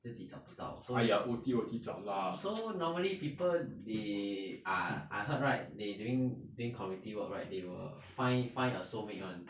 自己找不到 so you so normally people they are I heard right they during during community work right they will find find a soulmate [one]